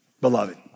beloved